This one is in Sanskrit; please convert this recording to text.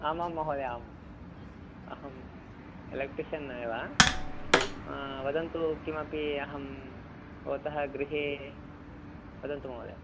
आमां महोदय आम् अहम् एलेक्ट्रिशन् एव वदन्तु किमपि अहं भवतः गृहे वदन्तु महोदय